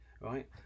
right